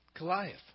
Goliath